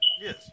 Yes